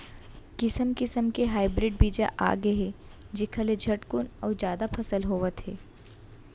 किसम किसम के हाइब्रिड बीजा आगे हे जेखर ले झटकुन अउ जादा फसल होवत हे